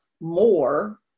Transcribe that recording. more